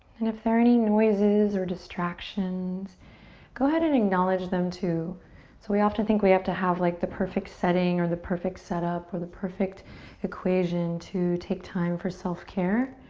and if there are any noises or distractions go ahead and acknowledge them too. so we often think we have to have like the perfect setting or the perfect set up or the perfect equation to take time for self care